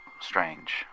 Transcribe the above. strange